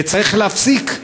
וצריך להפסיק.